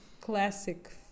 classic